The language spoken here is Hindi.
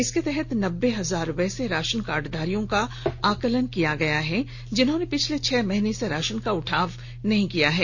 इसके तहत नब्बे हजार वैसे राशन कार्डधारियों का आकलन किया गया है जिन्होंने पिछले छह माह से राशन का उठाव नहीं किया है